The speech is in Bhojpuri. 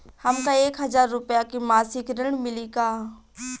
हमका एक हज़ार रूपया के मासिक ऋण मिली का?